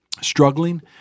struggling